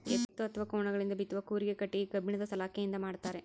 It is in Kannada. ಎತ್ತು ಅಥವಾ ಕೋಣಗಳಿಂದ ಬಿತ್ತುವ ಕೂರಿಗೆ ಕಟ್ಟಿಗೆ ಕಬ್ಬಿಣದ ಸಲಾಕೆಯಿಂದ ಮಾಡ್ತಾರೆ